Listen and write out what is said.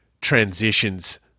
transitions